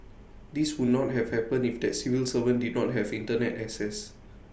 this would not have happened if that civil servant did not have Internet access